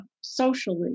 socially